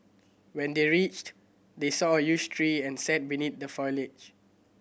when they reached they saw a huge tree and sat beneath the foliage